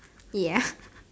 ya